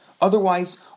Otherwise